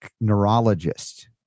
neurologist